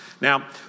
Now